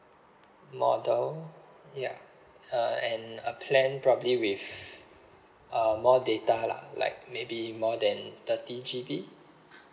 model ya uh and a plan probably with uh more data lah like maybe more than thirty G_B